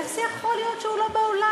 איך זה יכול להיות שהוא לא באולם?